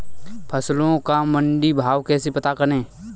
फसलों का मंडी भाव कैसे पता करें?